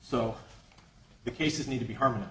so the cases need to be harmon